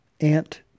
ant